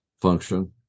function